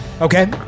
Okay